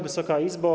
Wysoka Izbo!